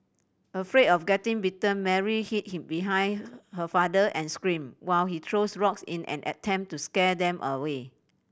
afraid of getting bitten Mary hid behind her father and screamed while he threw rocks in an attempt to scare them away